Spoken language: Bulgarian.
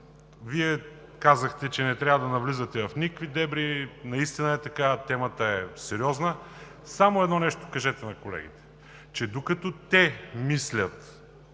Вие казахте, че не трябва да навлизате в никакви дебри – наистина е така, темата е сериозна. Само едно нещо кажете на колегите, че докато те мислят